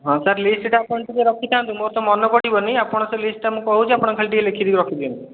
ହଁ ସାର୍ ଲିଷ୍ଟ୍ଟା ଆପଣ ଟିକେ ରଖିଥାନ୍ତୁ ମୋର ତ ମନପଡ଼ିବନି ଆପଣ ସେ ଲିଷ୍ଟ୍ଟା ମୁଁ କହୁଛି ଆପଣ ଖାଲି ଟିକେ ଲେଖିକି ରଖିଦିଅନ୍ତୁ